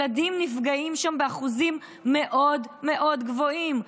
שילדים נפגעים שם באחוזים מאוד מאוד גבוהים.